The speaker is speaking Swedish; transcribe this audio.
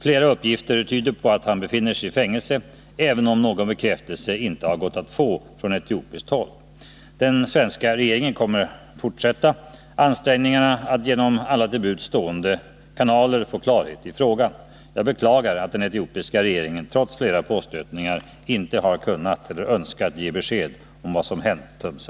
Flera uppgifter tyder på att han befinner sig i fängelse, även om någon bekräftelse inte har gått att få från etiopiskt håll. Den svenska regeringen kommer att fortsätta ansträngningarna att genom alla till buds stående kanaler få klarhet i frågan. Jag beklagar att den etiopiska regeringen, trots flera påstötningar, inte har kunnat eller önskat ge besked om vad som hänt Tumsa.